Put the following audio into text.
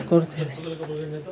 କରୁଥିଲେ